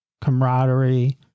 camaraderie